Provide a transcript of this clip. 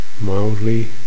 mildly